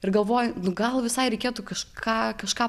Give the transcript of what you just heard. ir galvoju nu gal visai reikėtų kažką kažką